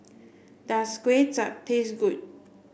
does Kway Chap taste good